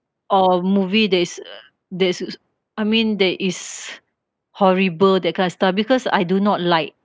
or movie that is uh that's I mean that is horrible that kind of stuff because I do not like